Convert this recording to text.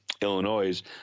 Illinois